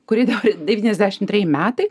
kuri dabar devyniasdešim treji metai